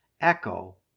echo